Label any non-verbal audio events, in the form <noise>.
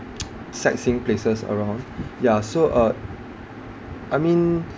<noise> sightseeing places around ya so uh I mean